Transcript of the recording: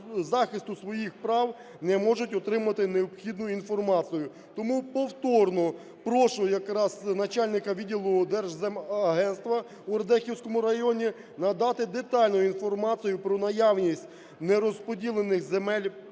захисту своїх прав не можуть отримати необхідну інформацію. Тому повторно прошу якраз начальника відділу Держземагентства у Радехівському районі надати детальну інформацію про наявність нерозподілених земель